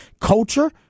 Culture